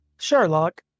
Sherlock